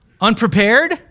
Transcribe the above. unprepared